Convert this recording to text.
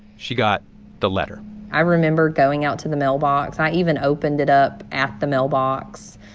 she got the letter i remember going out to the mailbox. i even opened it up at the mailbox,